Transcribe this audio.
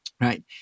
Right